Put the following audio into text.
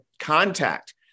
contact